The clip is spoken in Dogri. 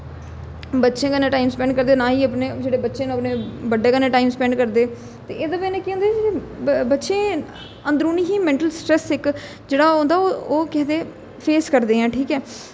बच्चे कन्नै टाइम स्पैंड करदे ना ही अपने जेह्ड़े बच्चे ना अपने बड्डे कन्नै टाइम स्पैंड करदे ते एहदी कन्नै केह् होंदा कि बच्चे अंदरूनी ही मेंटल स्ट्रैंथ इक जेह्ड़ा ओह् होंदा ओह् केह् आखदे फेस करदे ऐ ठीक ऐ